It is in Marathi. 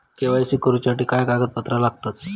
के.वाय.सी करूच्यासाठी काय कागदपत्रा लागतत?